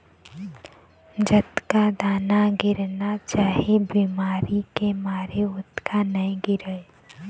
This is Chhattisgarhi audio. जतका दाना गिरना चाही बिमारी के मारे ओतका नइ गिरय